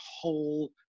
whole